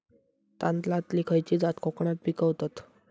तांदलतली खयची जात कोकणात पिकवतत?